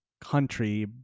country